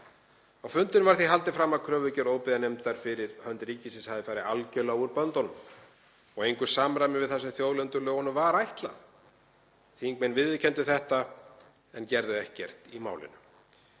Á fundinum var því haldið fram að kröfugerð óbyggðanefndar fyrir hönd ríkisins hefði farið algjörlega úr böndunum og væri í engu samræmi við það sem þjóðlendulögunum var ætlað. Þingmenn viðurkenndu þetta en gerðu ekkert í málinu.